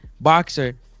boxer